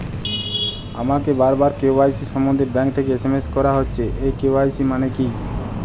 আমাকে বারবার কে.ওয়াই.সি সম্বন্ধে ব্যাংক থেকে এস.এম.এস করা হচ্ছে এই কে.ওয়াই.সি মানে কী?